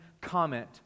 comment